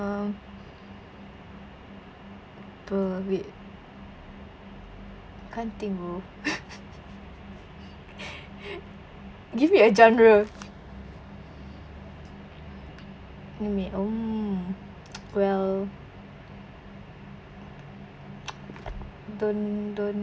um [pe] wait I can't think oh give me a genre anime um well don't don't